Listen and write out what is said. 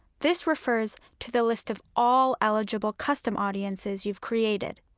this refers to the list of all eligible custom audiences you've created.